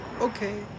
Okay